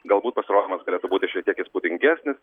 galbūt pasirodymas galėtų būti šiek tiek įspūdingesnis